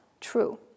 true